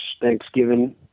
Thanksgiving